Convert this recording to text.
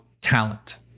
talent